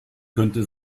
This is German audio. könnte